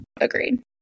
Agreed